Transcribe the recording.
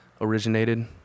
Originated